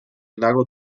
lago